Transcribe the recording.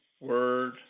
word